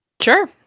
sure